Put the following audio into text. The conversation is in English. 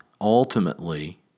ultimately